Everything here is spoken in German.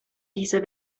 dieser